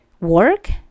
work